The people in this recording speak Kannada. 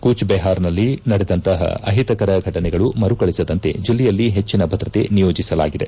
ಕೂಚ್ ಬೆಹಾರ್ನಲ್ಲಿ ನಡೆದಂತಪ ಅಹಿತಕರ ಘಟನೆಗಳು ಮರುಕಳಿಸದಂತೆ ಜಿಲ್ಲೆಯಲ್ಲಿ ಹೆಚ್ಚಿನ ಭದ್ರತೆ ನಿಯೋಜಿಸಲಾಗಿದೆ